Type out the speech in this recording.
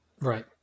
Right